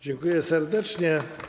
Dziękuję serdecznie.